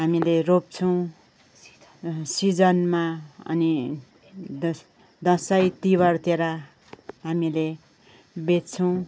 हामीले रोप्छौँ सिजनमा अनि दस दसैँ तिहारतिर हामीले बेच्छौँ